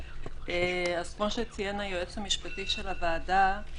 כמו שציין היועץ המשפטי של הוועדה,